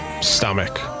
Stomach